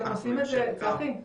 צחי,